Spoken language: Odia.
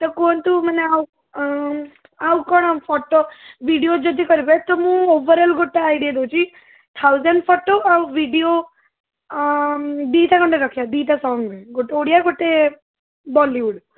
ତ କୁହନ୍ତୁ ମାନେ ଆଉ ଆଉ କ'ଣ ଫଟୋ ଭିଡ଼ିଓ ଯଦି କରିବେ ତ ମୁଁ ଓଭରାଲ୍ ଗୋଟେ ଆଇଡ଼ିଆ ଦେଉଛି ଥାଉଜେଣ୍ଡ ଫଟୋ ଆଉ ଭିଡ଼ିଓ ଦୁଇଟା ଖଣ୍ଡେ ରଖିବା ଦୁଇଟା ସଙ୍ଗରେ ଗୋଟେ ଓଡ଼ିଆ ଗୋଟେ ବଲିଉଡ଼୍